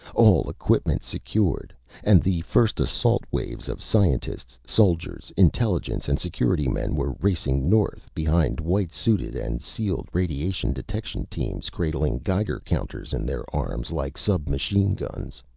all equipment secured and the first assault waves of scientists, soldiers, intelligence and security men were racing north behind white-suited and sealed radiation detection teams cradling geiger counters in their arms like submachine guns.